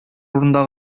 урында